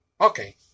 Okay